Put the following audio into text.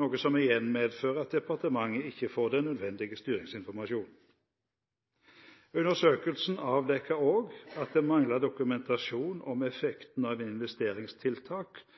noe som igjen medfører at departementet ikke får den nødvendige styringsinformasjonen. Undersøkelsen avdekket også at det manglet dokumentasjon om